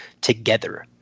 together